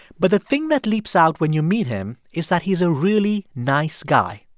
but the thing that leaps out when you meet him is that he's a really nice guy.